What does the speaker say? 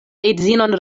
edzinon